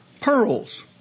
pearls